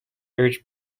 urged